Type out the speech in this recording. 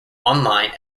online